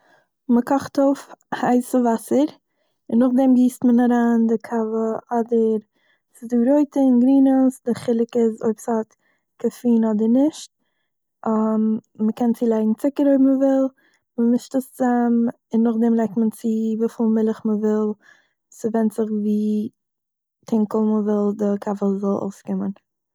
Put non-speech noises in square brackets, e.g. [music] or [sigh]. מ'קאכט אויף הייסע וואסער און נאכדעם גיסט מען אריין די קאווע אדער, ס'איז דא רויטע און גרינע וואס די חילוק איז אויב ס'האט קאפיען אדער נישט [hesitation] מ'קען צולייגן צוקער אויב מ'וויל און מ'מישט עס צוזאם, און נאכדעם לייגט מען צו וויפיל מילעך מען וויל, ס'ווענדט זיך ווי טונקל מ'וויל די קאווע זאל אויסקומען